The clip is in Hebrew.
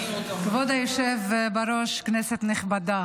כבוד היושב בראש, כנסת נכבדה,